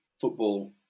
football